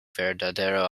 verdadero